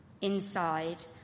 Inside